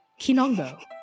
Kinongo